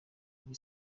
kuri